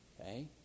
okay